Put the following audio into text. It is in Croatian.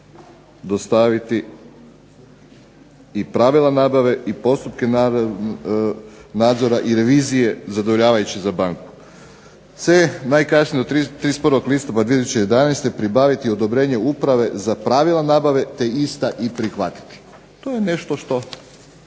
To je nešto što